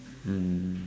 mm